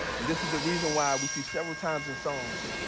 and this is the reason why, we see several times in psalms.